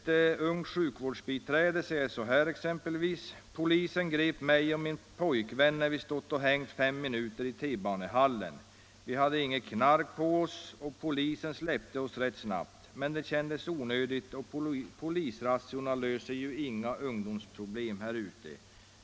Ett ungt sjukvårdsbiträde säger exempelvis: ”Polisen grep mig och min pojkvän när vi stått fem minuter i T-banehallen. Vi hade inget knark på oss och polisen släppte oss rätt snabbt. Men det kändes onödigt och polisrazziorna löser ju inga ungdomsproblem här ute.